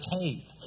tape